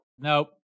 Nope